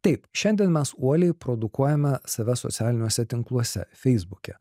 taip šiandien mes uoliai produkuojame save socialiniuose tinkluose feisbuke